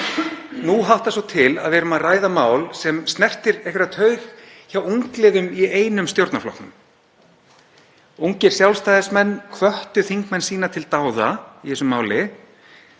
Nú háttar svo til að við erum að ræða mál sem snertir einhverja taug hjá ungliðum í einum stjórnarflokknum. Ungir Sjálfstæðismenn hvöttu þingmenn sína til dáða í þessu máli